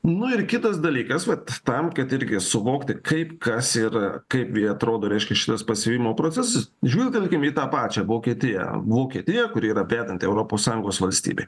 na ir kitas dalykas vat tam kad irgi suvokti kaip kas ir kaipgi atrodo reiškia šitas pasivijimo procesas žvilgtelkim į tą pačią vokietiją vokietiją kuri yra vedanti europos sąjungos valstybė